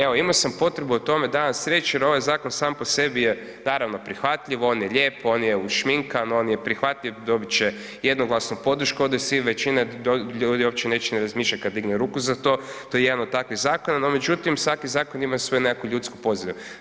Evo, imao sam potrebu o tome danas reći jer ovaj zakon po sebi je naravno, prihvatljiv, on je lijep, on je ušminkan, on je prihvatljiv, dobit će jednoglasnu podršku, ovdje svi, većina ljudi neće uopće ni razmišljati kad digne ruku za to, to je jedan od takvih zakona, no međutim, svaki zakon ima svoju nekakvu ljudsku pozadinu.